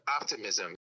optimism